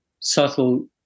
Subtle